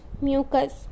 mucus